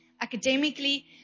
academically